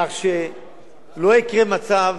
כך שלא יקרה מצב